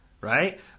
right